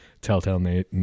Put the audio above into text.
Telltale